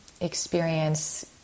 experience